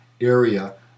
area